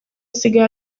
asigaye